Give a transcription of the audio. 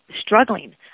struggling